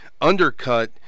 undercut